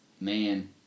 Man